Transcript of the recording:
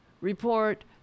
report